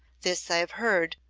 this i have heard,